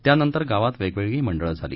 त्यानंतर गावात वेगवेगळी मंडळं झाली